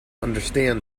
understand